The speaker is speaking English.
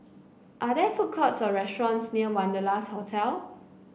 are there food courts or restaurants near Wanderlust Hotel